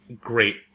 great